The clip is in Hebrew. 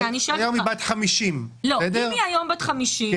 היום היא בת 50. אם היא היום בת 50,